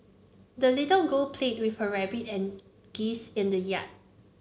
the little girl played with her rabbit and geese in the yard